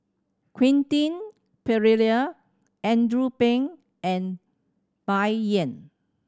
Quentin Pereira Andrew Phang and Bai Yan